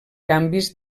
canvis